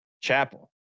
chapel